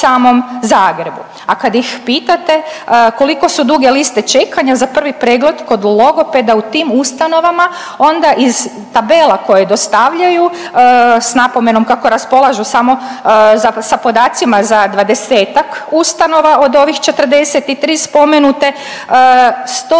A kad ih pitate koliko su duge liste čekanja za prvi pregled kod logopeda u tim ustanovama onda iz tabela koje dostavljaju s napomenom kako raspolažu samo s podacima za 20-ak ustanova od ovih 43 spomenute, 125,4